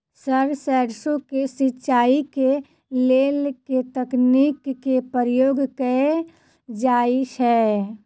Sir सैरसो केँ सिचाई केँ लेल केँ तकनीक केँ प्रयोग कैल जाएँ छैय?